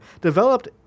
developed